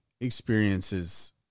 experiences